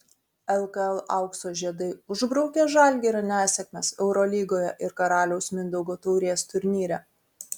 lkl aukso žiedai užbraukė žalgirio nesėkmes eurolygoje ir karaliaus mindaugo taurės turnyre